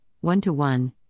one-to-one